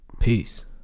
Peace